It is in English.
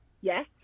Yes